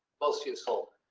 most useful,